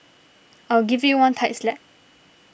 I'll give you one tight slap